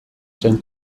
zen